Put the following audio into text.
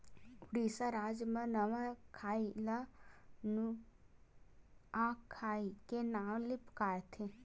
उड़ीसा राज म नवाखाई ल नुआखाई के नाव ले पुकारथे